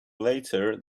later